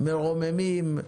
מרוממים.